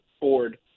board